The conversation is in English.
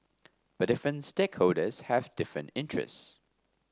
but different stakeholders have different interests